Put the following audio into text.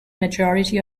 majority